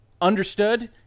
understood